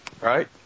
right